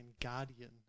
guardian